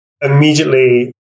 immediately